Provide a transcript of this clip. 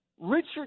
Richard